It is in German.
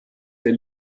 der